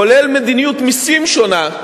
כולל מדיניות מסים שונה,